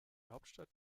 hauptstadt